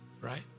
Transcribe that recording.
right